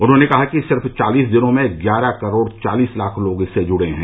उन्होंने कहा कि सिर्फ चालीस दिन में ग्यारह करोड़ चालीस लाख लोग इससे जुड़े हैं